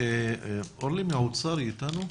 אורלי מהאוצר אתנו?